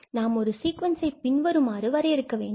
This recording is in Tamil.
நாம் ஒரு சீக்வன்ஸை பின்வருமாறு வரையறுக்க வேண்டும்